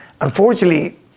Unfortunately